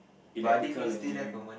electrical engineering